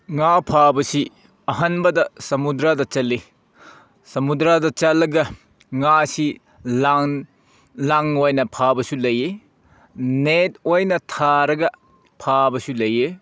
ꯉꯥ ꯐꯥꯕꯁꯤ ꯑꯍꯥꯟꯕꯗ ꯁꯃꯨꯗ꯭ꯔꯗ ꯆꯠꯂꯤ ꯁꯃꯨꯗ꯭ꯔꯗ ꯆꯠꯂꯒ ꯉꯥꯁꯤ ꯂꯥꯡ ꯂꯥꯡ ꯑꯣꯏꯅ ꯐꯥꯕꯁꯨ ꯂꯩꯌꯦ ꯅꯦꯠ ꯑꯣꯏꯅ ꯊꯥꯔꯒ ꯐꯥꯕꯁꯨ ꯂꯩꯌꯦ